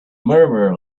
murmur